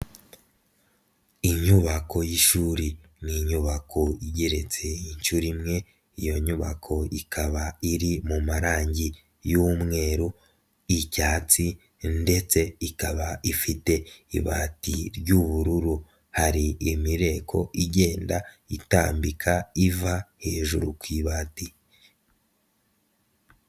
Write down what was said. Inyubako y'ishuri ni inyubako igereretse inshuro imwe, iyo nyubako ikaba iri mu marangi y'umweru, icyatsi ndetse ikaba ifite ibati ry'ubururu, hari imireko igenda itambika iva hejuru ku ibati.